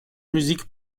musique